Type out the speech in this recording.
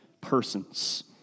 persons